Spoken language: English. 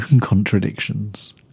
contradictions